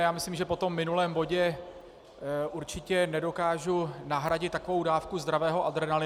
Já myslím, že po tom minulém bodě určitě nedokážu nahradit takovou dávku zdravého adrenalinu.